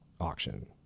auction